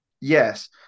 Yes